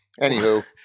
Anywho